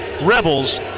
Rebels